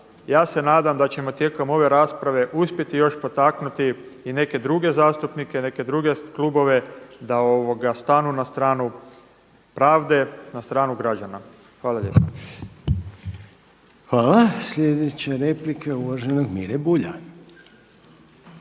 ja se nadam da ćemo tijekom ove rasprave uspjeti još potaknuti i neke druge zastupnike, neke druge klubove da stanu na stranu pravde, na stranu građana. Hvala lijepa. **Reiner, Željko (HDZ)** Hvala. Slijedeća replika je uvaženog Mire Bulja.